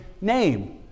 name